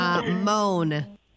Moan